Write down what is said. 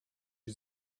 die